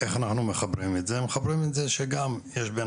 איך אנחנו מחברים את זה לדיון אנחנו מחברים את זה בכך שגם יש בין